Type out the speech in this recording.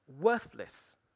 Worthless